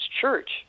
church